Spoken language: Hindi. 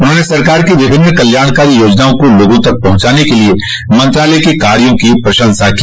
उन्होंने सरकार की विभिन्न कल्याणकारी योजनाओं को लोगों तक पहुंचाने के लिए मंत्रालय के कार्यो की प्रशंसा की